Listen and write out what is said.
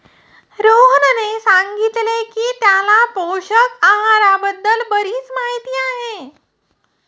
रोहनने सांगितले की त्याला पोषक आहाराबद्दल बरीच माहिती आहे